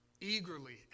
Eagerly